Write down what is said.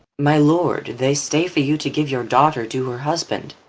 my lord, they stay for you to give your daughter to her husband.